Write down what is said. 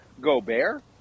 Gobert